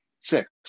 six